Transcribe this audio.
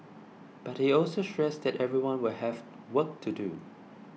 but he also stressed that everyone will have work to do